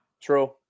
True